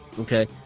Okay